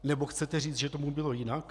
Nebo chcete říct, že tomu bylo jinak?